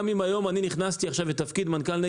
גם אם נכנסתי עכשיו לתפקיד מנכ"ל משרד